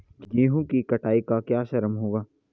गेहूँ की कटाई का क्या श्रम होगा?